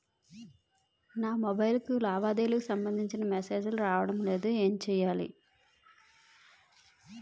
నాకు మొబైల్ కు లావాదేవీలకు సంబందించిన మేసేజిలు రావడం లేదు ఏంటి చేయాలి?